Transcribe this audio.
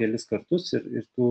kelis kartus ir ir tų